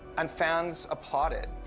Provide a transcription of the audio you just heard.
and fans applauded.